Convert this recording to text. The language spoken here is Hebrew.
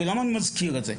ולמה אני מזכיר את זה?